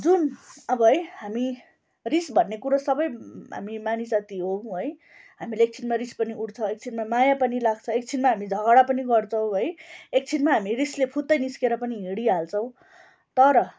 जुन अब है हामी रिस भन्ने कुरो सबै हामी मानिस जाति हौँ है हामीलाई एकछिनमा रिस पनि उठ्छ एकछिनमा माया पनि लाग्छ एकछिनमा हामी झगडा पनि गर्छौँ है एकछिनमा हामी रिसले फुत्तै निस्केर पनि हिडिँहाल्छौँ तर